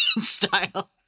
style